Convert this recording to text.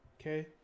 okay